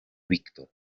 victor